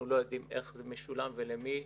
אנחנו לא יודעים איך זה משולם ולמי.